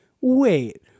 wait